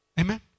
Amen